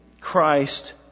Christ